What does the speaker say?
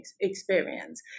experience